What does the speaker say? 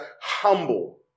humble